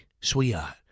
sweetheart